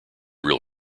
real